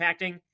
impacting